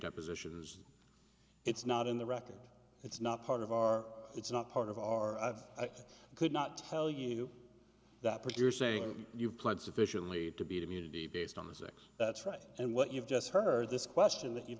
depositions it's not in the record it's not part of our it's not part of our could not tell you that produce saying you plan sufficiently to beat immunity based on the six that's right and what you've just heard this question that you've